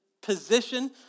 position